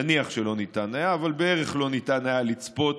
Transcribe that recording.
נניח שלא ניתן היה, בערך לא ניתן היה, לצפות